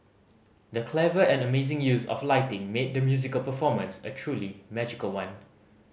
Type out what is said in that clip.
the clever and amazing use of lighting made the musical performance a truly magical one